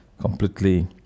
completely